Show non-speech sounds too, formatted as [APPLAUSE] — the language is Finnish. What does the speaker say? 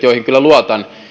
[UNINTELLIGIBLE] joihin kyllä luotan